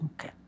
Okay